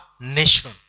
nation